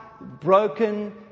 broken